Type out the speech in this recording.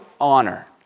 honor